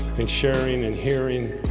and sharing and hearing